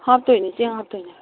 ꯍꯥꯞꯇꯣꯏꯅꯦ ꯆꯦꯡ ꯍꯥꯞꯇꯣꯏꯅꯦ